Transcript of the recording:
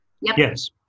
Yes